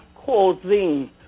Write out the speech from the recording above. causing